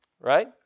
Right